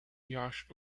yacht